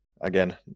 again